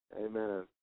Amen